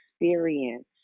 experience